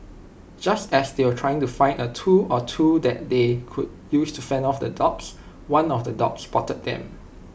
just as they were trying to find A tool or two that they could use to fend off the dogs one of the dogs spotted them